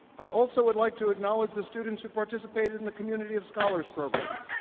i also would like to acknowledge the students who participated in the community of scholars program.